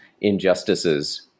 injustices